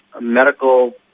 medical